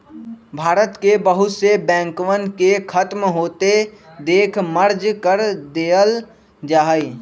भारत के बहुत से बैंकवन के खत्म होते देख मर्ज कर देयल जाहई